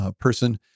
person